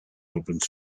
opens